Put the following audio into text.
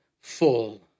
full